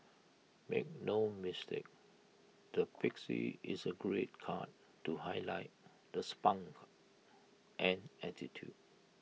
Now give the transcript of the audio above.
make no mistake the pixie is A great cut to highlight the spunk and attitude